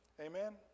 Amen